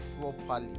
properly